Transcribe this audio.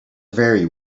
very